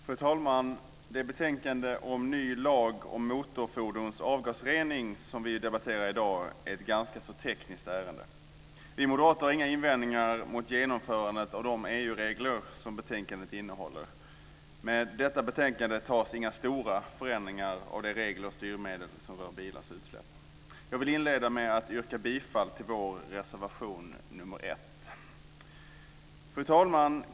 Fru talman! Det betänkande om ny lag om motorfordons avgasrening som vi debatterar i dag gäller ett ganska så tekniskt ärende. Vi moderater har inga invändningar mot genomförandet av de EU-regler som betänkandet innehåller. Med detta betänkande görs inga stora förändringar av de regler och styrmedel som rör bilars utsläpp. Jag vill inleda med att yrka bifall till vår reservation nr 1. Fru talman!